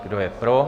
Kdo je pro?